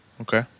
Okay